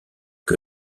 que